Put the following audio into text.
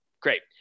Great